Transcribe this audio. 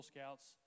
Scouts